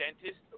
dentist